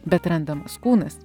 bet randamas kūnas